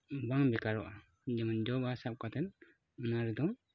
ᱵᱟᱝ ᱵᱮᱠᱟᱨᱚᱜᱼᱟ ᱡᱮᱢᱚᱱ ᱡᱚᱼᱵᱟᱦᱟ ᱥᱟᱵ ᱠᱟᱛᱮᱫ ᱚᱱᱟ ᱨᱮᱫᱚ